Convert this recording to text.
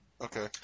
Okay